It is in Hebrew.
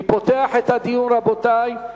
אני פותח את הדיון, רבותי.